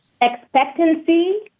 expectancy